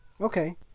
Okay